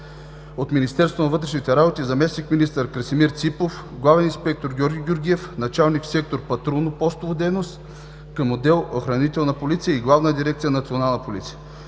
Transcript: от Министерство на вътрешните работи – заместник-министър Красимир Ципов и главен инспектор Георги Георгиев – началник сектор „Патрулно-постова дейност" към отдел „Охранителна полиция“ в Главна дирекция „Национална полиция".